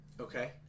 Okay